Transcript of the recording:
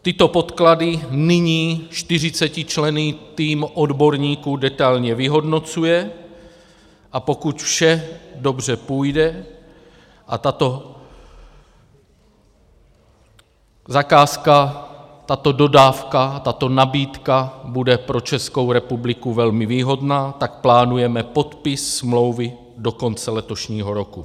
Tyto podklady nyní čtyřicetičlenný tým odborníků detailně vyhodnocuje, a pokud vše dobře půjde a tato zakázka, tato dodávka, tato nabídka bude pro Českou republiku výhodná, plánujeme podpis smlouvy do konce letošního roku.